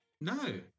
No